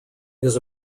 his